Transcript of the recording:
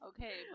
Okay